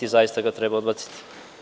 Zaista ga treba odbaciti.